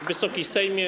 Wysoki Sejmie!